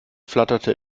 flatterte